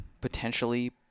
potentially